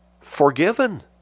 forgiven